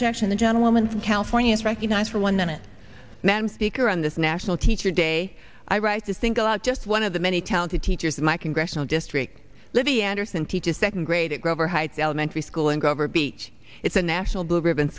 objection the gentleman from california is recognized for one minute man speaker on this national teacher day i right to single out just one of the many talented teachers in my congressional district libby anderson teaches second grade at grover heights elementary school in gover beach it's a national blue ribbon